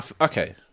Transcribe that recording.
okay